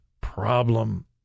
problem